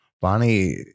Bonnie